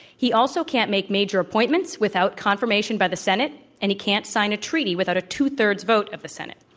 he also can't make major appointments without confirmation by the senate, and he can't sign a treaty without a two thirds vote of the senate.